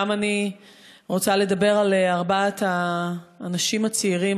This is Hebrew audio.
גם אני רוצה לדבר על ארבעת האנשים הצעירים,